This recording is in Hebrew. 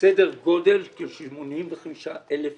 סדר גודל של כ-85,000 מבנים.